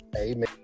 Amen